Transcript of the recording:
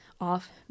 off